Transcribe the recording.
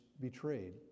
betrayed